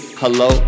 hello